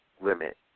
limit